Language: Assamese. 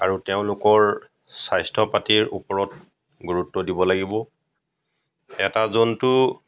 আৰু তেওঁলোকৰ স্বাস্থ্য পাতিৰ ওপৰত গুৰুত্ব দিব লাগিব এটা জন্তু